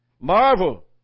marvel